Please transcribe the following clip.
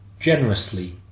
generously